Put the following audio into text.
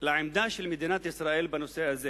לעמדה של מדינת ישראל בנושא הזה